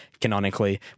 canonically